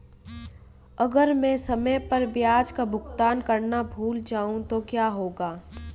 अगर मैं समय पर ब्याज का भुगतान करना भूल जाऊं तो क्या होगा?